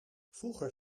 vroeger